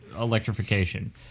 electrification